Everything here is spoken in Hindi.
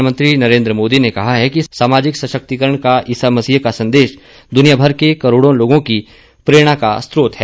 प्रधानमंत्री नरेन्द्र मोदी ने कहा है कि सामाजिक सशक्तिकरण का ईसा मसीह का संदेश दुनियाभर के करोड़ों लोगों की प्रेरणा का स्रोत है